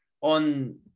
on